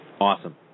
Awesome